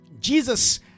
Jesus